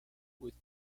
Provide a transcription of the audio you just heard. with